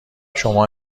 شما